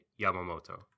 Yamamoto